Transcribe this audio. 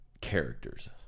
characters